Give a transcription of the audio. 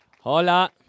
Hola